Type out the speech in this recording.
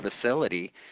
facility